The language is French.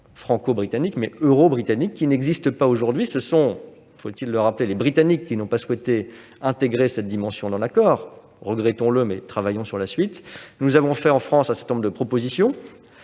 franco-britannique, mais euro-britannique, qui n'existe pas aujourd'hui. Ce sont les Britanniques qui n'ont pas souhaité intégrer cette dimension dans l'accord. Regrettons-le, mais travaillons sur la suite. La France a fait un certain nombre de propositions,